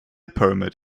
permit